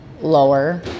lower